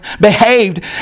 behaved